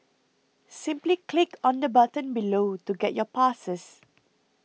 simply click on the button below to get your passes